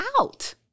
out